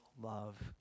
love